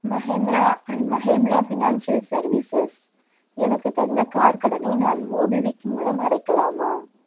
Mahindra and Mahindra financial services எனக்குத் தந்த car கடனை நான் மோபிக்விக் மூலம் அடைக்கலாமா